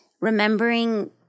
remembering